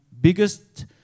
biggest